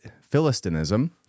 philistinism